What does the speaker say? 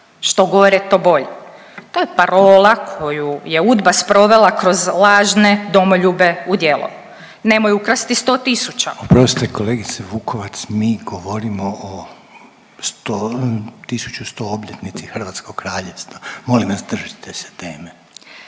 što gore to bolje. To je parola koju je Udba sprovela kroz lažne domoljube u djelo, nemoj ukrasti 100 tisuća …/Upadica Reiner: Oprostite kolegice Vukovac mi govorimo o 1100 obljetnici Hrvatskog kraljevstva, molim vas držite se teme./…